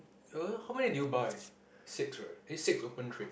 err how many do you buy six right eh six open trade